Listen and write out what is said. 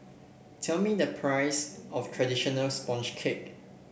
tell me the price of traditional sponge cake